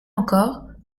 encore